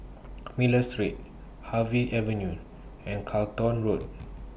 Miller Street Harvey Avenue and Charlton Road